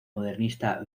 modernista